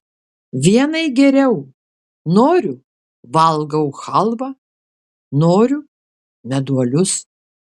vienai geriau noriu valgau chalvą noriu meduolius